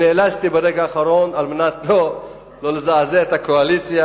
ברגע האחרון, על מנת שלא לזעזע את הקואליציה,